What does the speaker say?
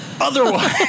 otherwise